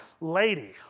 lady